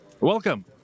Welcome